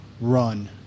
run